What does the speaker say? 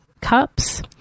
cups